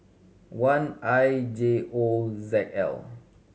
one I J O Z L